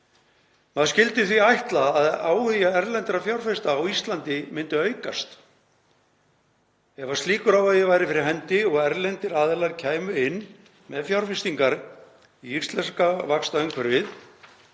Maður skyldi því ætla að áhugi erlendra fjárfesta á Íslandi myndi aukast. Ef slíkur áhugi væri fyrir hendi og erlendir aðilar kæmu inn með fjárfestingar í íslenska vaxtaumhverfið